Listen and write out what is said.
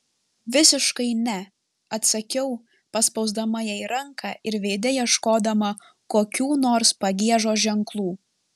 visiškai ne atsakiau paspausdama jai ranką ir veide ieškodama kokių nors pagiežos ženklų